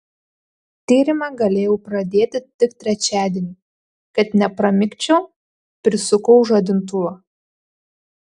tyrimą galėjau pradėti tik trečiadienį kad nepramigčiau prisukau žadintuvą